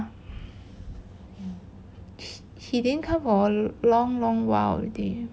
he didn't come for long long while already